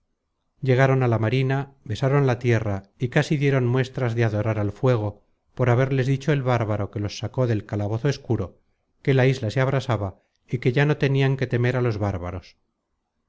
llegaron a la marina besaron la tierra y casi dieron muestras de adorar al fuego por haberles dicho el bárbaro que los sacó del calabozo escuro que la isla se abrasaba y que ya no tenian que temer á los bárbaros